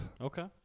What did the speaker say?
Okay